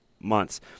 months